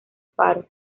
faro